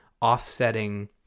offsetting